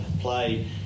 play